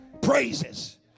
Praises